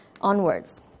onwards